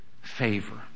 favor